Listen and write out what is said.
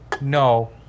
no